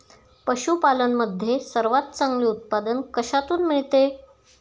पशूपालन मध्ये सर्वात चांगले उत्पादन कशातून मिळते?